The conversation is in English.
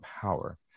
power